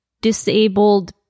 disabled